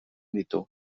ditu